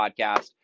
podcast